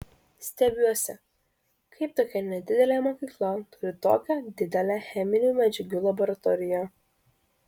stebiuosi kaip tokia nedidelė mokykla turi tokią didelę cheminių medžiagų laboratoriją